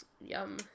Yum